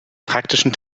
praktischen